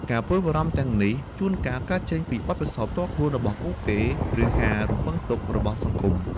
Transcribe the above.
ការព្រួយបារម្ភទាំងនេះជួនកាលកើតចេញពីបទពិសោធន៍ផ្ទាល់របស់ពួកគេ ឬការរំពឹងទុករបស់សង្គម។